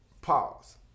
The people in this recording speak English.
pause